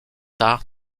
tard